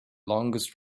longest